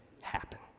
happen